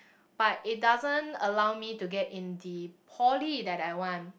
but it doesn't allowed me to get in the poly that I want